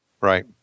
Right